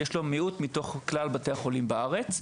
יש לו מיעוט מתוך כלל בתי החולים בארץ.